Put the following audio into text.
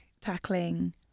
tackling